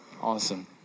Awesome